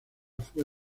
fue